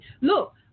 look